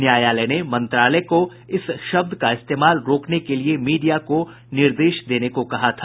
न्यायालय ने मंत्रालय को इस शब्द का इस्तेमाल रोकने के लिए मीडिया को निर्देश देने को कहा था